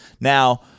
Now